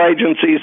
agencies